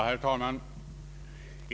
Herr talman!